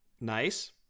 Nice